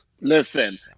Listen